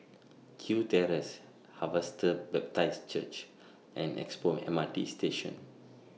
Kew Terrace Harvester Baptist Church and Expo M R T Station